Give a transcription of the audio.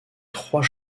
trois